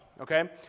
Okay